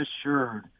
assured